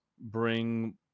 bring